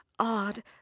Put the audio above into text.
Odd